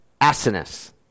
asinus